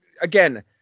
again